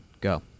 go